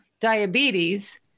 diabetes